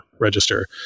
register